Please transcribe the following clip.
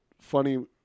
funny –